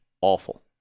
awful